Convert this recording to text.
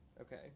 Okay